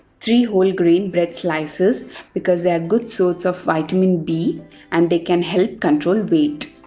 three whole grain bread slices because they are good source of vitamin b and they can help control weight.